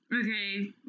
Okay